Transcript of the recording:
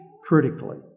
critically